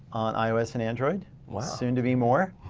on ios and android, soon to be more.